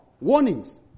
warnings